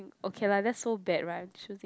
okay lah that's so bad right i'm choosing